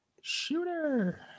Shooter